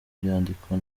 byandikwa